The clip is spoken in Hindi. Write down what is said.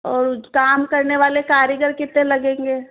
और काम करने वाले कारीगर कितने लगेंगे